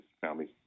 families